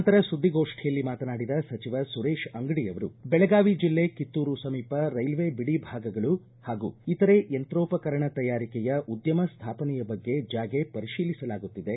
ನಂತರ ಸುದ್ದಿಗೋಷ್ಟಿಯಲ್ಲಿ ಮಾತನಾಡಿದ ಸಚಿವ ಸುರೇತ ಅಂಗಡಿ ಅವರು ಬೆಳಗಾವಿ ಜಿಲ್ಲೆ ಕಿತ್ತೂರು ಸಮೀಪ ರೈಲ್ವೆ ಬಿಡಿಭಾಗಗಳು ಹಾಗೂ ಇತರೆ ಯಂತ್ರೋಪಕರಣ ತಯಾರಿಕೆಯ ಉದ್ಯಮ ಸ್ವಾಪನೆಯ ಬಗ್ಗೆ ಜಾಗೆ ಪರಿಶೀಲಿಸಲಾಗುತ್ತಿದೆ